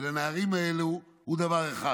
ולנערים האלה היא דבר אחד,